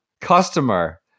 customer